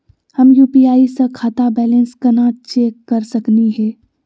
हम यू.पी.आई स खाता बैलेंस कना चेक कर सकनी हे?